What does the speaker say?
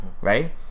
right